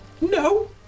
No